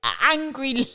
Angry